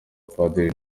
padiri